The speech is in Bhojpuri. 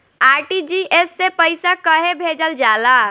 आर.टी.जी.एस से पइसा कहे भेजल जाला?